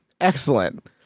Excellent